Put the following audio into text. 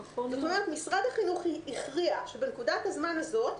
זאת אומרת, משרד החינוך הכריע שבנקודת הזמן הזאת,